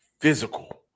physical